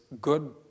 good